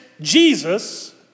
Jesus